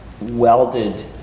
welded